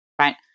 right